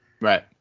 right